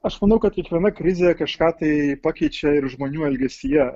aš manau kad kiekviena krizė kažką tai pakeičia ir žmonių elgesyje